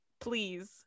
Please